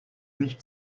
nicht